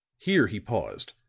here he paused,